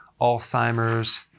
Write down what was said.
Alzheimer's